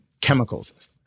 chemicals